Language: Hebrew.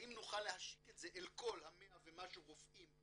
האם נוכל להשיק את זה אל כל ה-100 ומשהו רופאים,